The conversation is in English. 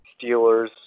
Steelers